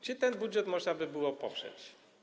Czy ten budżet można by było poprzeć?